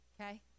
Okay